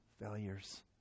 failures